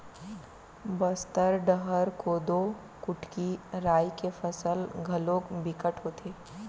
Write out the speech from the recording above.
बस्तर डहर कोदो, कुटकी, राई के फसल घलोक बिकट होथे